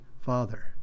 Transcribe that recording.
Father